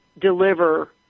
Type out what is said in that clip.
deliver